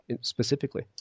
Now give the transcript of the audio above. specifically